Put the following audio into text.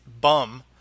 bum